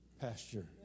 pasture